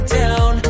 down